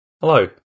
Hello